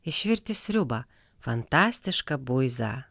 išvirti sriubą fantastišką buizą